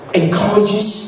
encourages